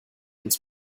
uns